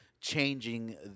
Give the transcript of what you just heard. changing